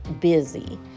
busy